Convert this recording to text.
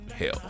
Hell